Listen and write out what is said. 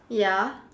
ya